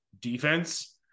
defense